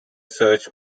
search